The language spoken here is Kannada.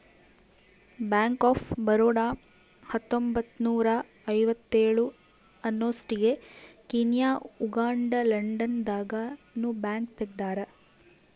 ಬ್ಯಾಂಕ್ ಆಫ್ ಬರೋಡ ಹತ್ತೊಂಬತ್ತ್ನೂರ ಐವತ್ತೇಳ ಅನ್ನೊಸ್ಟಿಗೆ ಕೀನ್ಯಾ ಉಗಾಂಡ ಲಂಡನ್ ದಾಗ ನು ಬ್ಯಾಂಕ್ ತೆಗ್ದಾರ